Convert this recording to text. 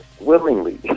willingly